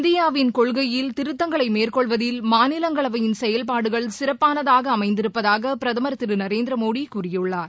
இந்தியாவின் கொள்கையில் திருத்தங்களை மேற்கொள்வதில் மாநிலங்களவையின் செயல்பாடுகள் சிறப்பானதாக அமைந்திருப்பதாக பிரதமர் திரு நரேந்திரமோடி கூறியுள்ளார்